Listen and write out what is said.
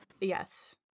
yes